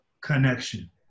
connection